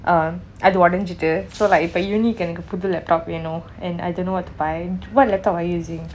um அது உடைஞ்சுத்து:athu udainchutu so like இப்பே:ippei uni க்கு எனக்கு புது:ku enakku puthu laptop வேணும்:vennum and I don't know to buy what laptop are you using